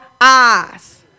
eyes